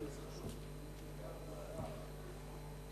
ההצעה להעביר את